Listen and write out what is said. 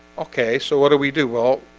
okay, so what do we do? well,